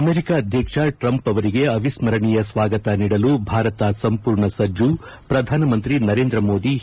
America ಅಧ್ಯಕ್ಷ Trump ಅವರಿಗೆ ಅವಿಸ್ತರಣೀಯ ಸ್ನಾಗತ ನೀಡಲು ಭಾರತ ಸಂಪೂರ್ಣ ಸದ್ದು ಪ್ರಧಾನಮಂತ್ರಿ ನರೇಂದ್ರ ಮೋದಿ ಹೇಳಿಕೆ